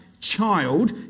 child